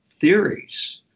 theories